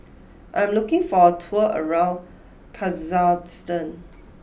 I am looking for a tour around Kazakhstan